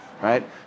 right